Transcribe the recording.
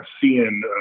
seeing